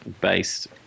based